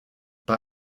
bei